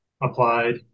applied